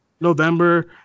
November